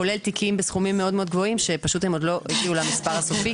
כולל תיקים בסכומים גבוהים מאוד שפשוט לא הגיעו למספר הסופי,